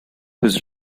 was